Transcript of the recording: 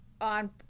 on